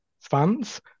fans